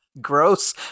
gross